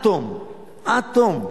עד תום.